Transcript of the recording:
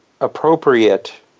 appropriate